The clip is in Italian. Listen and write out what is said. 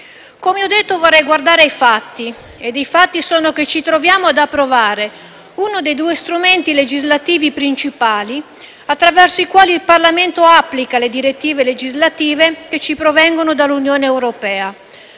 Come ho detto, vorrei guardare ai fatti. Ed i fatti sono che ci troviamo ad approvare uno dei due strumenti legislativi principali attraverso i quali il Parlamento applica le direttive legislative che ci provengono dall'Unione europea,